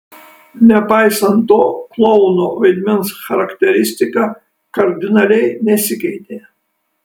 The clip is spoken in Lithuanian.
nepaisant to klouno vaidmens charakteristika kardinaliai nesikeitė